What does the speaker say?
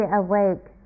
awake